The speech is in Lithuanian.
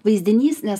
vaizdinys nes